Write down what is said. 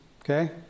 Okay